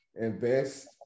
invest